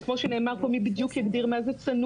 וכמו שנאמר פה מי בדיוק יגדיר פה מה זה צנוע,